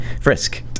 frisk